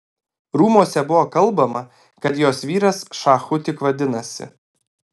rūmuose buvo kalbama kad jos vyras šachu tik vadinasi